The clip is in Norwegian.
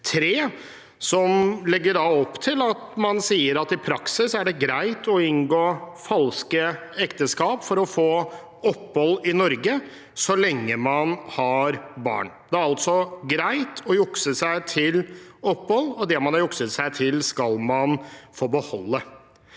3, som legger opp til at man sier at det i praksis er greit å inngå falske ekteskap for å få opphold i Norge, så lenge man har barn. Det er altså greit å jukse seg til opphold, og det man har jukset seg til, skal man få beholde.